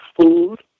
food